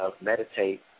meditate